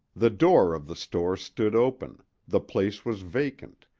the door of the store stood open the place was vacant,